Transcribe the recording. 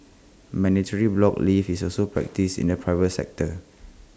mandatory block leave is also practised in the private sector